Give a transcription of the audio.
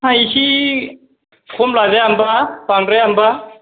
हाब एसे खम लाजाया होनबा बांद्राया होनबा